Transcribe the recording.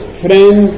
friend